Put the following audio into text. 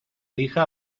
hija